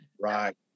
Right